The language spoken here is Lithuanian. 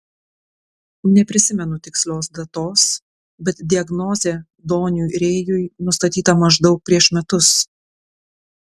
neprisimenu tikslios datos bet diagnozė doniui rėjui nustatyta maždaug prieš metus